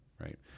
right